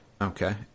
Okay